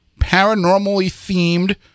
paranormally-themed